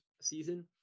season